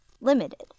limited